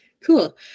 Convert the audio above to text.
Cool